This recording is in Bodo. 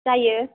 जायो